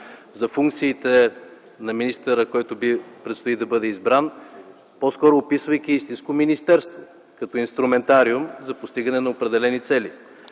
за функциите на министъра, който предстои да бъде избран, по-скоро описвайки истинско министерство като инструментариум за постигане на определени цели.